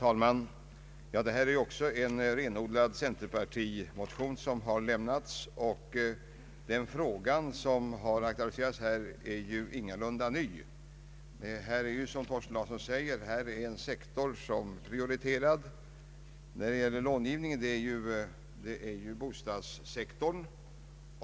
Herr talman! Också här gäller det renodlade centerpartimotioner, och den fråga som har aktualiserats är ingalunda ny. Det finns, som herr Thorsten Larsson sade, en sektor som är prioriterad när det gäller långivningen, och det är bostadssektorn.